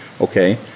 okay